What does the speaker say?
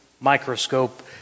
microscope